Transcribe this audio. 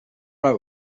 being